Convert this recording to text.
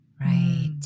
Right